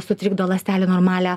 sutrikdo ląstelių normalią